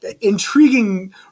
intriguing